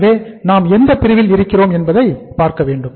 எனவே நாம் எந்தப் பிரிவில் இருக்கிறோம் என்பதை பார்க்க வேண்டும்